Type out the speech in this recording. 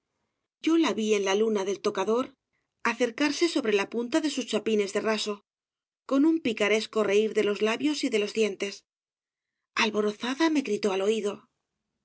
yo la vi en la luna del tocador acercarse sobre la fz obras de valle inclan punta de sus chapines de raso con un picaresco reir de los labios y de los dientes alborozada me gritó al oído